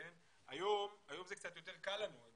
היום זה קצת יותר "קל" לנו.